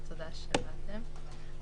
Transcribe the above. ותודה שבאתם.